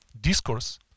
discourse